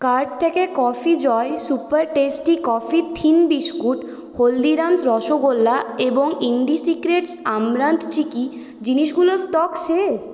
cart থেকে coffee joy super tasty coffee thin biscuit Haldirams rasgulla এবং Indie Secrets amaranth chikki জিনিসগুলোর stock শেষ